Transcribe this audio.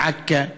עכו.